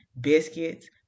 biscuits